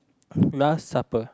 last supper